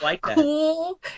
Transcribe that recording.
cool